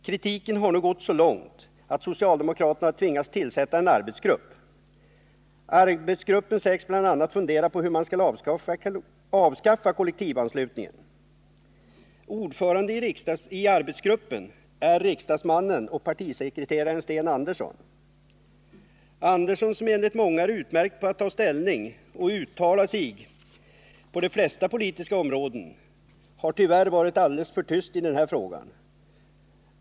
Kritiken har nu gått så långt att socialdemokraterna har tvingats tillsätta en arbetsgrupp. Arbetsgruppen sägs bl.a. fundera på hur man skall kunna avskaffa kollektivanslutningen. Ordförande i arbetsgruppen är riksdagsmannen och partisekreteraren Sten Andersson. Sten Andersson, som enligt många är utmärkt på att ta ställning och uttala sig på de flesta politiska områden, har tyvärr varit alldeles för tyst i den här frågan.